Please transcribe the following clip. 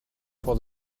for